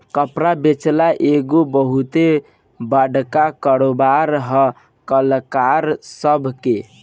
कपड़ा बेचल एगो बहुते बड़का कारोबार है कलाकार सभ के